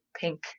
pink